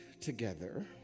together